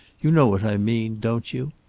you know what i mean don't you?